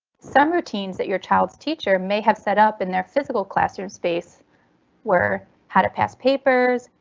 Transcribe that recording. some routines that your child's teacher may have set up in their physical classroom space were how to pass papers,